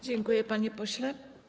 Dziękuję, panie pośle.